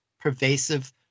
pervasive